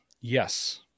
Yes